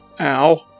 Ow